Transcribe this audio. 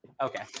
Okay